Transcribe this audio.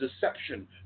deception